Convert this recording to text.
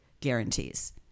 guarantees